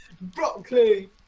Broccoli